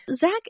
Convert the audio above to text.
Zach